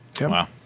Wow